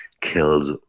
kills